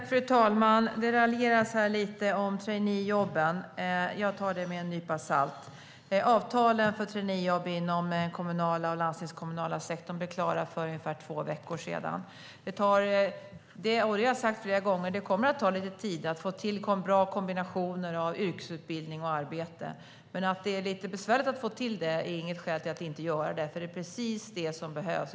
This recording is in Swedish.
Fru talman! Det raljeras en del om traineejobben. Jag tar det med ro. Avtalen för traineejobb inom den kommunala och landstingskommunala sektorn blev klara för ungefär två veckor sedan. Det kommer att ta lite tid - det har jag sagt flera gångar - att få till bra kombinationer av yrkesutbildning och arbete. Men att det är lite besvärligt att få till dem är inget skäl till att inte göra det. Det är precis det som behövs.